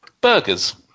burgers